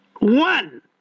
One